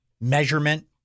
measurement